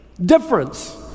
difference